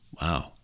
Wow